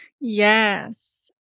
Yes